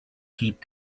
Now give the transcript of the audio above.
keep